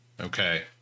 Okay